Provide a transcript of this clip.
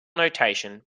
notation